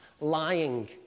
lying